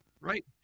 right